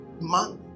man